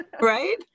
Right